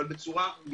אבל בצורה מידתית,